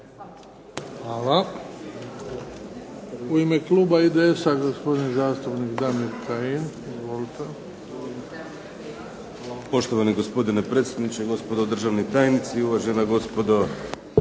Hvala. U ime kluba IDS-a, gospodin zastupnik Damir Kajin. Izvolite. **Kajin, Damir (IDS)** Poštovani gospodine predsjedniče, gospodo državni tajnici, uvažena gospodo